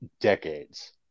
decades